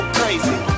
crazy